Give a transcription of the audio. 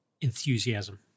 Enthusiasm